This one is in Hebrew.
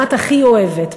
מה את הכי אוהבת,